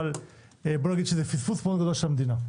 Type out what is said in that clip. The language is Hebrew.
אבל בואו נגיד שזה פספוס מאוד גדול של המדינה.